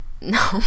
no